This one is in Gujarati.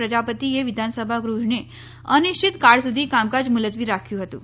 પ્રજાપતિ એ વિધાનસભા ગૃહને અનિશ્ચિત કાળ સુધી કામકાજ મુલત્વી રાખ્યું હતું